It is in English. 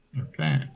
Okay